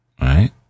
Right